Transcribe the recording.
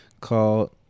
called